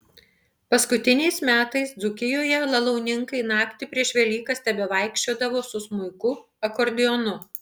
paskutiniais metais dzūkijoje lalauninkai naktį prieš velykas tebevaikščiodavo su smuiku akordeonu